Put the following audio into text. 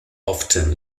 often